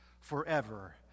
forever